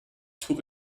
took